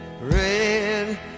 red